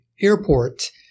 airport